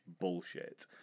bullshit